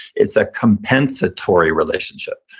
it's a compensatory relationship.